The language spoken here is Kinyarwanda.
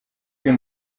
uyu